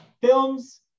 Films